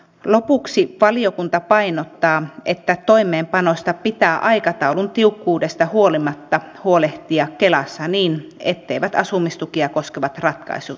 lopuksi valiokunta painottaa että toimeenpanosta pitää aikataulun tiukkuudesta huolimatta huolehtia kelassa niin etteivät asumistukia koskevat ratkaisut ruuhkaudu